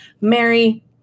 Mary